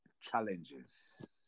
challenges